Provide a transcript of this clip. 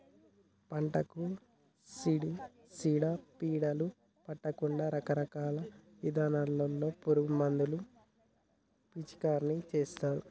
పంటలకు సీడ పీడలు పట్టకుండా రకరకాల ఇథానాల్లో పురుగు మందులు పిచికారీ చేస్తారు